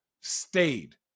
stayed